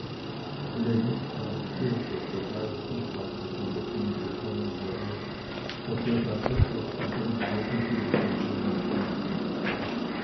lenz sagte daß der geist des wassers über ihn gekommen sei daß er dann etwas von seinem eigentümlichen sein empfunden hätte